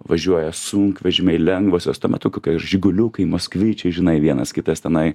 važiuoja sunkvežimiai lengvosios tuo metu ir žiguliukai moskvičiai žinai vienas kitas tenai